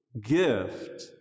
gift